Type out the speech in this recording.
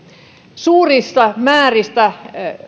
suurista määristä